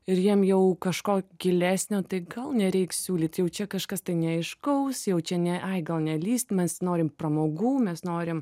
ir jiem jau kažko gilesnio tai gal nereik siūlyt jau čia kažkas neaiškaus jau čia ne ai gal nelįst mes norim pramogų mes norim